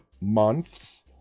months